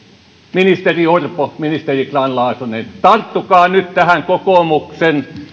ministeri orpo ministeri grahn laasonen tarttukaa nyt tähän kokoomuksen